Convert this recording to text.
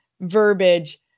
verbiage